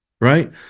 right